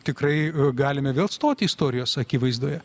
tikrai galime vėl stoti istorijos akivaizdoje